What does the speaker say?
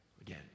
Again